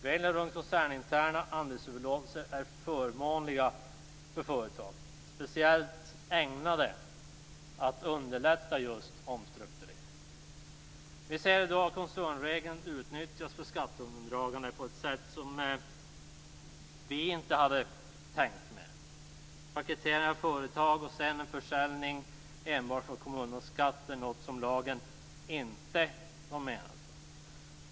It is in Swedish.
Reglerna runt koncerninterna andelsöverlåtelser är förmånliga för företagen och speciellt ägnade att underlätta vid omstruktureringar. Vi ser i dag att koncernregeln utnyttjas för skatteundandragande på ett sätt som vi inte hade tänkt. Paketering av företag och sedan en försäljning enbart för att komma undan skatt är något som lagen inte var menad för.